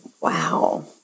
Wow